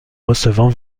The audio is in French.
recevant